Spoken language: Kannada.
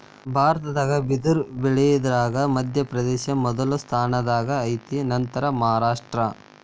ಭಾರತದಾಗ ಬಿದರ ಬಳಿಯುದರಾಗ ಮಧ್ಯಪ್ರದೇಶ ಮೊದಲ ಸ್ಥಾನದಾಗ ಐತಿ ನಂತರಾ ಮಹಾರಾಷ್ಟ್ರ